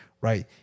right